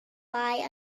buy